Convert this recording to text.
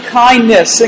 kindness